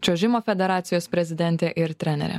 čiuožimo federacijos prezidentė ir trenerė